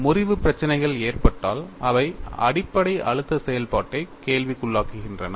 முறிவு பிரச்சினைகள் ஏற்பட்டால் அவை அடிப்படை அழுத்த செயல்பாட்டை கேள்விக்குள்ளாக்குகின்றன